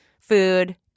food